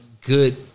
good